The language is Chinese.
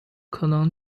可能